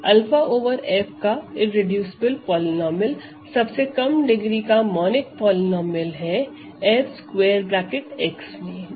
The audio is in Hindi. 𝛂 ओवर F का इररेडूसिबल पॉलीनोमिअल सबसे कम डिग्री का मोनिक पॉलीनोमिअल है Fx में जिसका रूट 𝛂 है